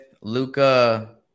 Luca